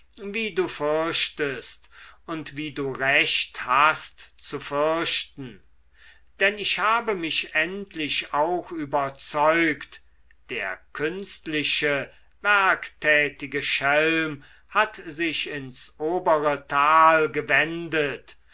wie du fürchtest und wie du recht hast zu fürchten denn ich habe mich endlich auch überzeugt der künstliche werktätige schelm hat sich ins obere tal gewendet